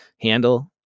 handle